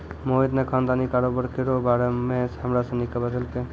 मोहित ने खानदानी कारोबार केरो बारे मे हमरा सनी के बतैलकै